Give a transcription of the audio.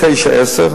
תשעה-עשרה,